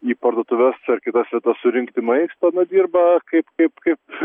į parduotuves ar kitas vietas surinkti maisto na dirba kaip kaip kaip